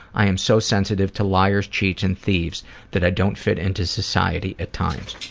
i am so sensitive to liars, cheats and thieves that i don't fit into society at times.